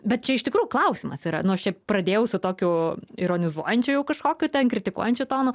bet čia iš tikrųjų klausimas yra nu aš čia pradėjau su tokiu ironizuojančiu jau kažkokiu ten kritikuojančiu tonu